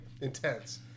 intense